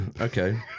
okay